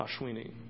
Ashwini